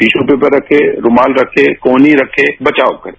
tissue paper रखे रूमाल रखे कोहनी रखे बचाव करें